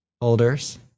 holders